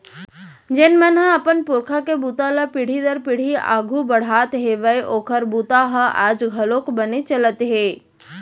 जेन मन ह अपन पूरखा के बूता ल पीढ़ी दर पीढ़ी आघू बड़हात हेवय ओखर बूता ह आज घलोक बने चलत हे